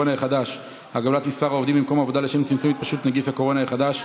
וגם של המתנגדים מתוך הקואליציה.